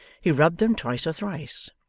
he rubbed them twice or thrice,